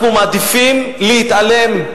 אנחנו מעדיפים להתעלם.